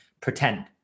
Pretend